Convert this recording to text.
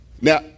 Now